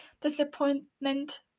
disappointment